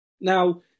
Now